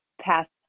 past